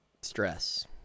stress